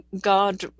God